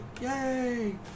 Yay